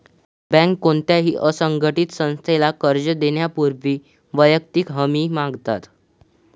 बँका कोणत्याही असंघटित संस्थेला कर्ज देण्यापूर्वी वैयक्तिक हमी मागतात